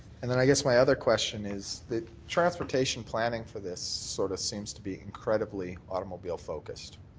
and then i guess my other question is the transportation planning for this sort of seems to be incredibly automobile focused.